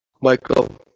Michael